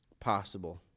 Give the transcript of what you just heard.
possible